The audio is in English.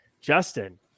Justin